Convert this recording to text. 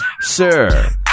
Sir